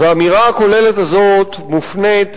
והאמירה הכוללת הזאת מופנית